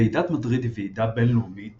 ועידת מדריד היא ועידה בינלאומית